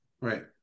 Right